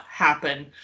Happen